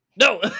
No